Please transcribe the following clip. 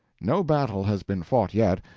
no battle has been fought yet.